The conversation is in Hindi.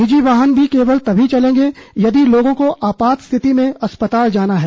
निजी वाहन भी केवल तमी चलेंगे यदि लोगों को आपात स्थिति में अस्पताल जाना है